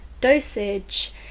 dosage